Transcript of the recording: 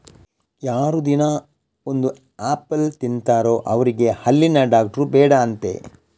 ಯಾರು ದಿನಾ ಒಂದು ಆಪಲ್ ತಿಂತಾರೋ ಅವ್ರಿಗೆ ಹಲ್ಲಿನ ಡಾಕ್ಟ್ರು ಬೇಡ ಅಂತೆ